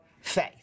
faith